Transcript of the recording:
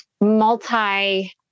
multi